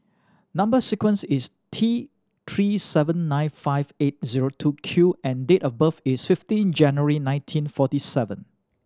number sequence is T Three seven nine five eight zero two Q and date of birth is fifteen January nineteen forty seven